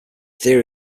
theory